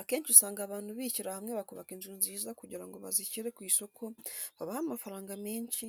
Akenshi usanga abantu bishyira hamwe bakubaka inzu nziza kugira ngo bazishyire ku isoko babahe amafaranga menshi,